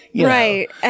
Right